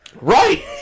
Right